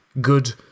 good